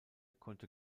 konnte